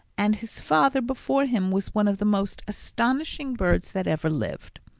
and his father before him was one of the most astonishing birds that ever lived!